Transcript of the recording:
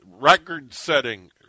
record-setting